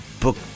book